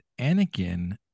Anakin